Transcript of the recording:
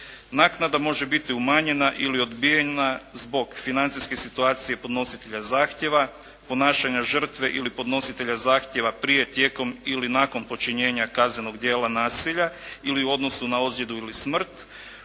Naknada može biti umanjena ili odbijena zbog financijske situacije podnositelja zahtjeva, ponašanja žrtve ili podnositelja zahtjeva prije, tijekom ili nakon počinjenja kaznenog dijela nasilja ili u odnosu na ozljedu ili smrt,